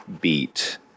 beat